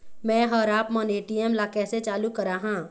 मैं हर आपमन ए.टी.एम ला कैसे चालू कराहां?